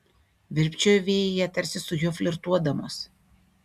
virpčiojo vėjyje tarsi su juo flirtuodamos